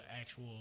actual